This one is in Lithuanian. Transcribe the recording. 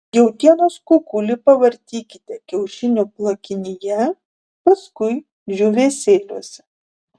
jautienos kukulį pavartykite kiaušinio plakinyje paskui džiūvėsėliuose